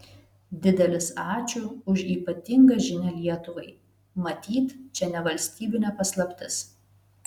didelis ačiū už ypatingą žinią lietuvai matyt čia ne valstybinė paslaptis